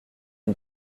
une